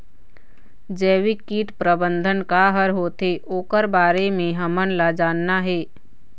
जैविक कीट प्रबंधन का हर होथे ओकर बारे मे हमन ला जानना हे?